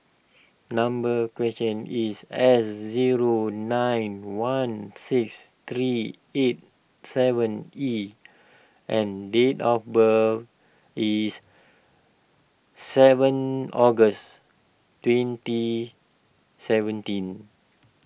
number question is S zero nine one six three eight seven E and date of birth is seven August twenty seventeen